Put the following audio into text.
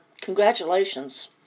congratulations